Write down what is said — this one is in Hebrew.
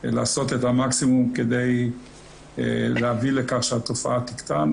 יכול לעשות את המקסימום כדי להביא לכך שהתופעה תקטן,